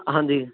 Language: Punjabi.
ਹਾਂਜੀ